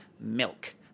milk